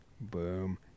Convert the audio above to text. boom